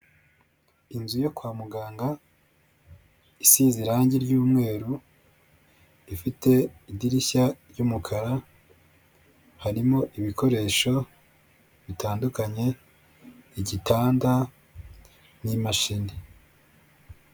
Inzu yo kwa muganga isize irangi ry'umweru, rifite idirishya ry'umukara, harimo ibikoresho bitandukanye, igitanda n'imashini.